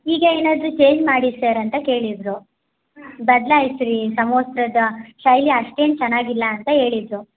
ಹೀಗೆ ಏನಾದರೂ ಚೇಂಜ್ ಮಾಡಿ ಸರ್ ಅಂತ ಕೇಳಿದ್ದರು ಬದ್ಲಾಯಿಸ್ರಿ ಸಮವಸ್ತ್ರದ ಶೈಲಿ ಅಷ್ಟೇನೂ ಚೆನ್ನಾಗಿಲ್ಲ ಅಂತ ಹೇಳಿದ್ರು